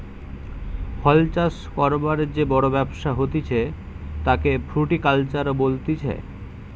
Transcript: ফল চাষ করবার যে বড় ব্যবসা হতিছে তাকে ফ্রুটিকালচার বলতিছে